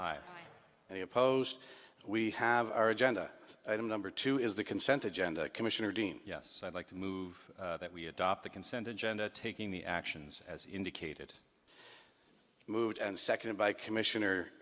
opposed we have our agenda item number two is the consent agenda commissioner dean yes i'd like to move that we adopt the consent agenda taking the actions as indicated moved and seconded by commissioner